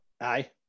Aye